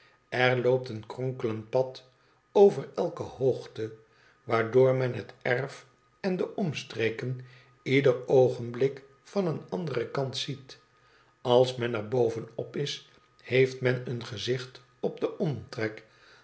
er loopt een kronkelend pad over elke hoogte waardoor men het erf en de omstreken ieder oogenblik van een anderen kant ziet als men er bovenop is heeft men een gezicht op den omtrek